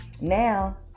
now